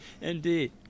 Indeed